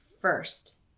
First